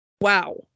wow